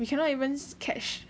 we cannot even catch